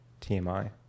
TMI